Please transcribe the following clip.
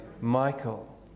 Michael